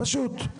פשוט.